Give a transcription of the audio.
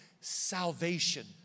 salvation